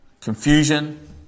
confusion